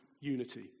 unity